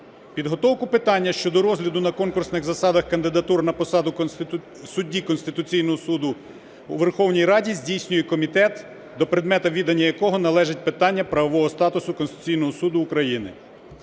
підготовку питання щодо розгляду на конкурсних засадах кандидатур на посаду судді Конституційного Суду у Верховній Раді здійснює комітет, до предмету відання якого належить питання правового статусу Конституційного Суду України.